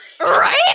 Right